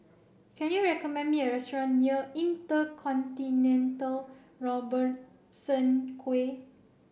can you recommend me a restaurant near InterContinental Robertson Quay